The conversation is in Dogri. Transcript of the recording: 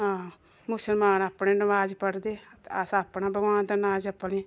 हां मुस्लमान अपने नमाज पढ़दे ते अस अपना भगवान दा नांऽ जपने